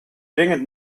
dringend